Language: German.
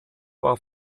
war